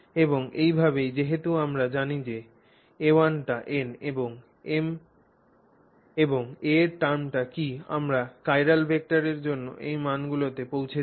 এবং এইভাবেই যেহেতু আমরা জানি যে a1 টি n এবং m এবং a র টার্মে কি আমরা চিরাল ভেক্টরের জন্য এই মানগুলিতে পৌঁছে যাই